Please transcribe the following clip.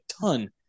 ton